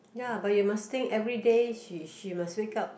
ya but you must think everyday she she must wake up